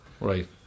right